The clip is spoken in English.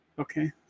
okay